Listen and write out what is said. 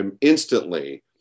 instantly